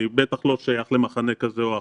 אני בטח לא שייך למחנה כזה או אחר.